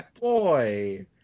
boy